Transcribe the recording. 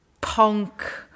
punk